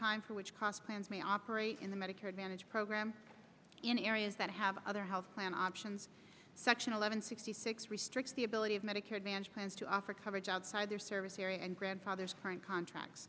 time for which cost plans may operate in the medicare advantage program in areas that have other health plan options section eleven sixty six restricts the ability of medicare advantage plans to offer coverage outside their service area and grandfather's current contracts